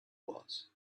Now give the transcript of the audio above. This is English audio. was